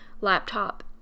laptop